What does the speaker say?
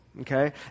Okay